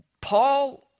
Paul